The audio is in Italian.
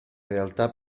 realtà